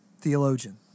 theologian